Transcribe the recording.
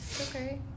okay